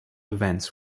events